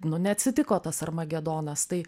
nu neatsitiko tas armagedonas tai